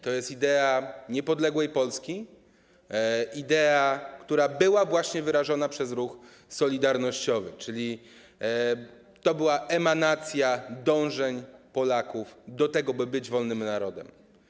To jest idea niepodległej Polski, idea, która była właśnie wyrażona przez ruch solidarnościowy, czyli to była emanacja dążeń Polaków do tego, by być wolnym narodem.